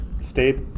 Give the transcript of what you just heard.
state